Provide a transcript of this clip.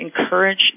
encourage